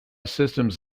systems